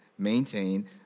maintain